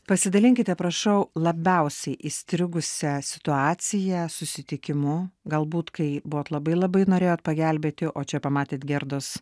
pasidalinkite prašau labiausiai įstrigusia situacija susitikimu galbūt kai buvot labai labai norėjot pagelbėti o čia pamatėt gerdos